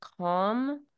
calm